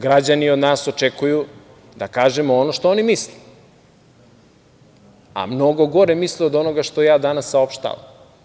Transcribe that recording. Građani od nas očekuju da kažemo ono što oni misle, a mnogo gore misle od onoga što ja danas saopštavam.